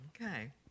Okay